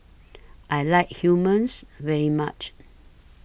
I like Hummus very much